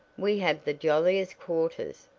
we have the jolliest quarters,